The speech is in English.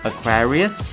Aquarius